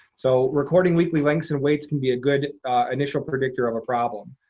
so recording weekly lengths and weights can be a good initial predictor of a problem.